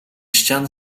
ścian